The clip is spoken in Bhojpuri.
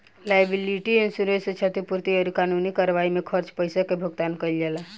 लायबिलिटी इंश्योरेंस से क्षतिपूर्ति अउरी कानूनी कार्यवाई में खर्च पईसा के भुगतान कईल जाला